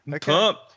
Pump